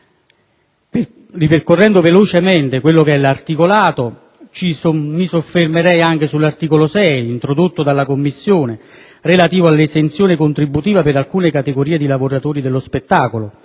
Ripercorrendo velocemente l'articolato, mi soffermerei anche sull'articolo 6, introdotto dalla Commissione, relativo all'esenzione contributiva per alcune categorie di lavoratori dello spettacolo.